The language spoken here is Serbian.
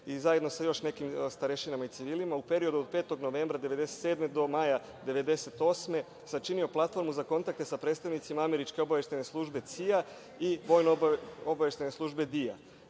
i zajedno sa još nekim starešinama i civilima, u periodu od 5. novembra 1997. do maja 1998. godine, sačinio je platformu za kontakte sa predstavnicima Američke obaveštajne službe CIA i Vojno obaveštajne službe DIA